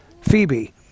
Phoebe